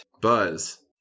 Buzz